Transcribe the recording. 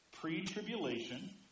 pre-tribulation